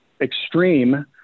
extreme